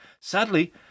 Sadly